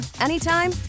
anytime